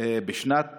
בשנת